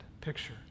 picture